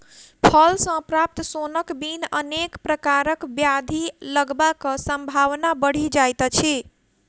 फल सॅ प्राप्त सोनक बिन अनेक प्रकारक ब्याधि लगबाक संभावना बढ़ि जाइत अछि